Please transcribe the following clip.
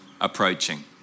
approaching